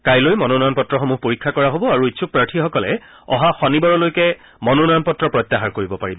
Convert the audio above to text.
কাইলৈ মনোনয়নপত্ৰসমূহ পৰীক্ষা কৰা হ'ব আৰু ইচ্ছুক প্ৰাৰ্থীসকলে অহা শনিবাৰলৈকে মনোনয়নপত্ৰ প্ৰত্যাহাৰ কৰিব পাৰিব